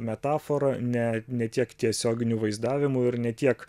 metafora ne ne tiek tiesioginiu vaizdavimu ir ne tiek